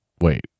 Wait